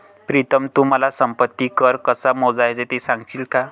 प्रीतम तू मला संपत्ती कर कसा मोजायचा ते सांगशील का?